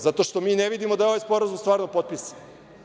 Zato što mi ne vidimo da je ovaj sporazum stvarno potpisan.